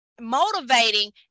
motivating